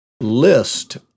list